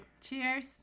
Cheers